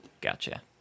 gotcha